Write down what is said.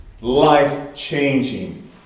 Life-changing